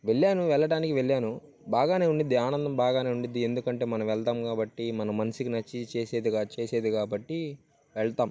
వెళ్ళాను వెళ్ళటానికి వెళ్ళాను బాగానే ఉంటుంది ఆనందం బాగానే ఉంటుంది ఎందుకంటే మనం వెళ్తాం కాబట్టి మన మనసుకి నచ్చి చేసేది కా చేసేది కాబట్టి వెళ్తాం